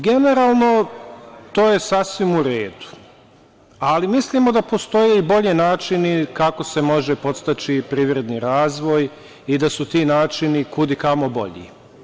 Generalno, to je sasvim u redu, ali mislimo da postoje i bolji načini kako se može podstaći privredni razvoj i da su ti način kud i kamo bolji.